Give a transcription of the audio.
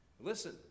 Listen